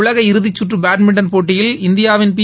உலக இறுதிச்சுற்று பேட்மிண்டன் போட்டியில் இந்தியாவின் பி